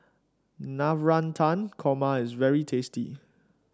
Navratan Korma is very tasty